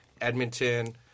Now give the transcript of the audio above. Edmonton